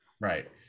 Right